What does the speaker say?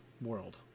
world